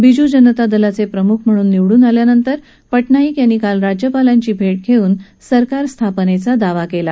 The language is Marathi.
बीजू जनता दलाचे प्रमुख म्हणून निवडून अल्यानंतर पटनाईक यांनी काल राज्यपालांची भेट घेऊन सरकार स्थापनेचा दावा केला